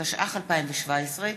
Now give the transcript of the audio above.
התשע"ח 2017,